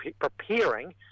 preparing